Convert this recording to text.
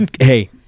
Hey